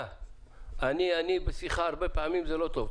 יהודה, אני-אני בשיחה הרבה פעמים זה לא טוב.